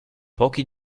pochi